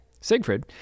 Siegfried